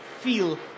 feel